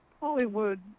Hollywood